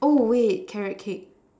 oh wait carrot cake